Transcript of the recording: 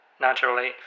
Naturally